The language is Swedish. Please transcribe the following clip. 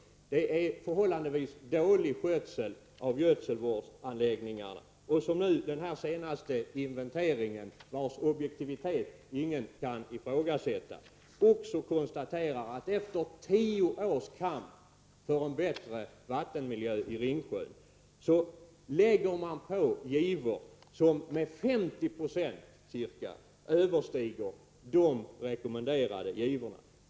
Det är förhållandevis dålig skötsel av gödselvårdsanläggningarna. Den senaste inventeringen, vars objektivitet ingen kan ifrågasätta, konstaterar att efter tio års kamp för en bättre vattenmiljö i Ringsjön lägger man givor som med ca 50 90 överstiger de rekommenderade givorna.